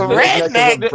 redneck